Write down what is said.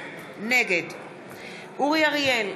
נגד אורי אריאל,